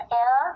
air